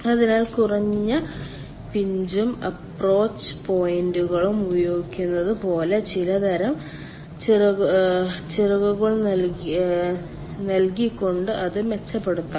അതിനാൽ കുറഞ്ഞ പിഞ്ചും അപ്രോച്ച് പോയിന്റുകളും ഉപയോഗിക്കുന്നത് പോലെ ചിലതരം ചിറകുകൾ നൽകിക്കൊണ്ട് അത് മെച്ചപ്പെടുത്താം